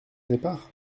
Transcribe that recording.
départ